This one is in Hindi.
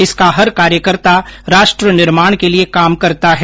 इसका हर कार्यकर्ता राष्ट्र निर्माण के लिये काम करता है